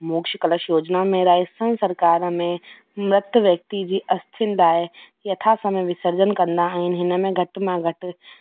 मोक्ष कलश योजिना में राजस्थान सरकारि में मृत व्यक्ती जी अस्थियुनि लाइ यथा समय विसर्जन कंदा आहिनि हिन में घटि में घटि